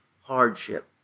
hardship